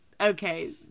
okay